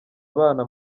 abana